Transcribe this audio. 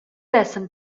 essan